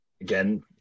Again